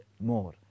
more